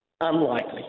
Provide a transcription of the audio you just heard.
Unlikely